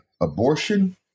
abortion